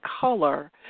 color